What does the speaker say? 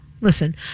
Listen